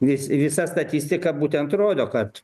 vis visa statistika būtent rodo kad